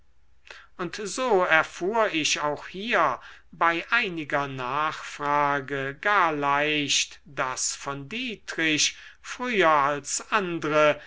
und so erfuhr ich auch hier bei einiger nachfrage gar leicht daß von dietrich früher als andre